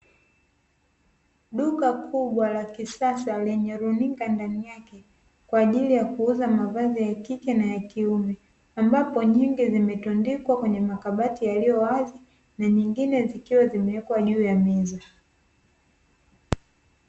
Duka kubwa la kisasa lenye runinga ndani yake kwa ajili ya kuuza mavazi ya kike na ya kiume, ambapo nyingi zimetundikwa kwenye makabati yaliyo wazi na nyingine zikiwa zimewekwa juu ya meza.